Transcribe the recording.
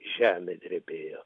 žemė drebėjo